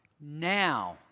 Now